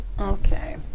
Okay